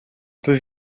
peut